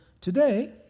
today